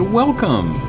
welcome